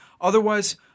Otherwise